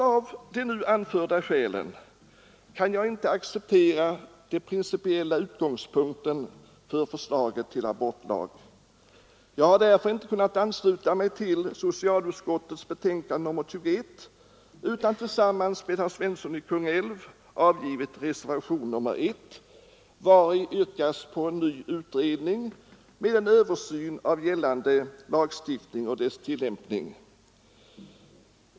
Av de nu anförda skälen kan jag inte acceptera den principiella utgångspunkten för förslaget till abortlag. Jag har därför inte kunnat ansluta mig till socialutskottets hemställan i betänkandet nr 21 utan tillsammans med herr Svensson i Kungälv avgivit reservationen 1, vari yrkas på en ny utredning med en översyn av gällande lagstiftning och dess tillämpning.